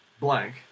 blank